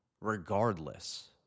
regardless